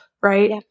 right